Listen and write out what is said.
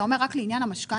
אתה אומר רק לעניין המשכנתא.